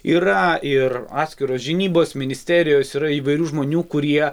yra ir atskiros žinybos ministerijos yra įvairių žmonių kurie